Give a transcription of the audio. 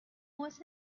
was